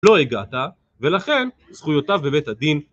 לא הגעת ולכן זכויותיו בבית הדין